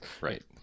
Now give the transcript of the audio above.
right